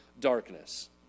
darkness